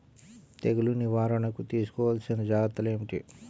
తెగులు నివారణకు తీసుకోవలసిన జాగ్రత్తలు ఏమిటీ?